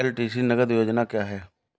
LTC नगद योजना क्या है?